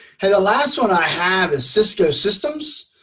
hey, the last one i have is cysco systems.